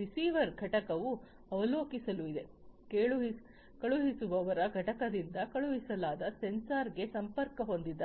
ಈ ರಿಸೀವರ್ ಘಟಕವು ಅವಲೋಕಿಸಲಿ ಇದೆ ಕಳುಹಿಸುವವರ ಘಟಕದಿಂದ ಕಳುಹಿಸಲಾದ ಸೆನ್ಸಾರ್ಗೆ ಸಂಪರ್ಕ ಹೊಂದಿದ